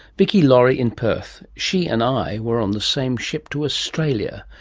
vicki laurie in perth. she and i were on the same ship to australia,